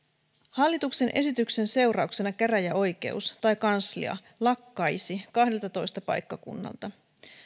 hallituksen esityksen seurauksena käräjäoikeus tai kanslia lakkaisi kahdeltatoista paikkakunnalta